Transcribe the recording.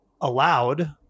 allowed